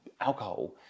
alcohol